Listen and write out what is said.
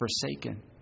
forsaken